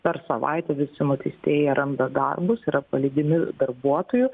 per savaitę visi nuteistieji randa darbus yra palydimi darbuotojų